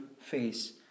face